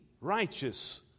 righteous